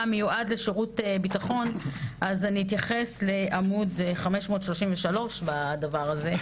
מיועד לשירות ביטחון אז אני אתייחס לעמוד 533 בדבר הזה.